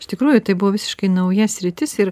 iš tikrųjų tai buvo visiškai nauja sritis ir